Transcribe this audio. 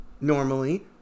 normally